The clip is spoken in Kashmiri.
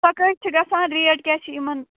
سۄ کٔہۍ چھِ گژھان ریٹ کیٛاہ چھِ یِمَن